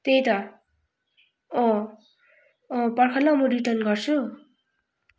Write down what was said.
त्यही त पर्ख ल म रिटर्न गर्छु